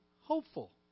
hopeful